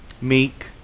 meek